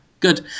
Good